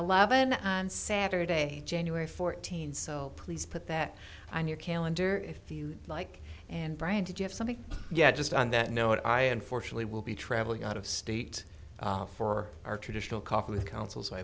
eleven on saturday january fourteenth so please put that on your calendar if you like and brian did you have something yeah just on that note i unfortunately will be traveling out of state for our traditional coffee with counsel so i